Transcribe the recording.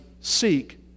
seek